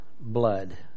blood